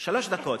שלוש דקות.